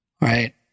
right